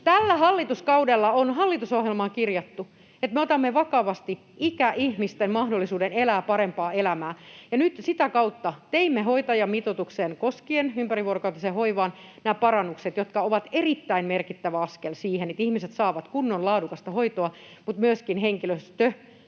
Tällä hallituskaudella on hallitusohjelmaan kirjattu, että me otamme vakavasti ikäihmisten mahdollisuuden elää parempaa elämää. Nyt sitä kautta teimme hoitajamitoitukseen, koskien ympärivuorokautista hoivaa, nämä parannukset, jotka ovat erittäin merkittävä askel siihen, että ihmiset saavat kunnollista, laadukasta hoitoa mutta myöskin henkilöstö